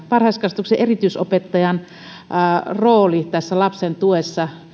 varhaiskasvatuksen erityisopettajan roolia tässä lapsen tuessa